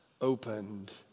opened